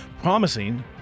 promising